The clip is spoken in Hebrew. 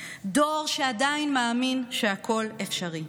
דור שעדיין מאמין שהכול אפשרי.